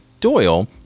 Doyle